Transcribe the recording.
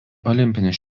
olimpinis